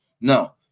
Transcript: no